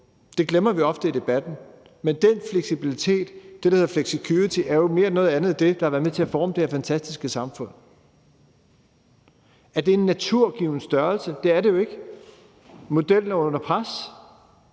Det glemmer vi ofte i debatten, men den fleksibilitet, det, der hedder flexicurity, er jo mere end noget andet det, der har været med til at forme det her fantastiske samfund. Er det en naturgiven størrelse? Det er det jo ikke. Modellen er under pres;